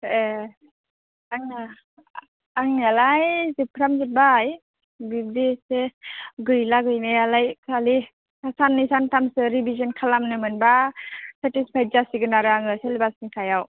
ए आंना आंनियालाय जोबफ्रामजोबबाय बिब्दि एसे गैला गैनायालाय खालि साननै सानथामसो रिभिजोन खालामनो मोनबा सेथिसफाइद जासिगोन आरो आङो सिलेबासनि सायाव